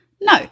No